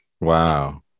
wow